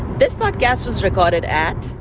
this podcast was recorded at.